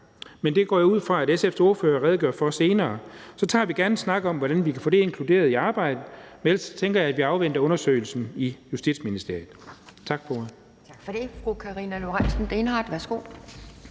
Men det går jeg ud fra at SF's ordfører redegør for senere. Så tager vi gerne en snak om, hvordan vi kan få det inkluderet i arbejdet. Men ellers tænker jeg, at vi afventer undersøgelsen i Justitsministeriet.